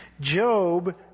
Job